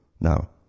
now